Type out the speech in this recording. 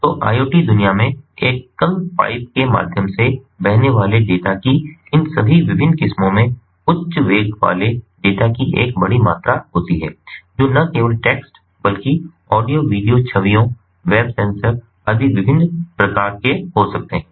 तो IoT दुनिया में एकल पाइप के माध्यम से बहने वाले डेटा की इन सभी विभिन्न किस्मों में उच्च वेग वाले डेटा की एक बड़ी मात्रा होती है जो न केवल टेक्स्ट बल्कि ऑडियो वीडियो छवियों वेब सेंसर आदि विविध प्रकार के हो सकते हैं